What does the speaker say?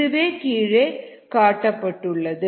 இதுவே கீழே காட்டப்பட்டுள்ளது